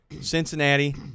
Cincinnati